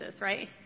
right